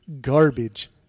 garbage